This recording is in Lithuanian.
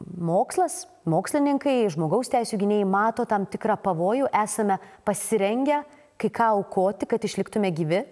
mokslas mokslininkai žmogaus teisių gynėjai mato tam tikrą pavojų esame pasirengę kai ką aukoti kad išliktume gyvi